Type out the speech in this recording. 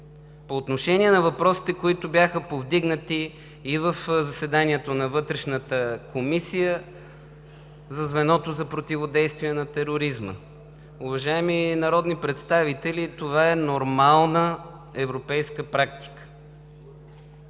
По отношение на въпросите, които бяха повдигнати и в заседанието на Вътрешната комисия, за звеното за противодействие на тероризма. Уважаеми народни представители, това е нормална европейска практика.